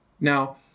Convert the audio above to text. Now